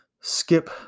skip